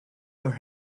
her